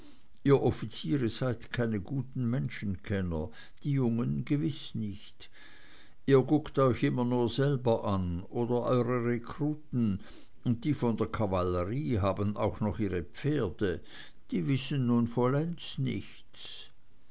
ihr offiziere seid keine guten menschenkenner die jungen gewiß nicht ihr guckt euch immer nur selber an oder eure rekruten und die von der kavallerie haben auch noch ihre pferde die wissen nun vollends nichts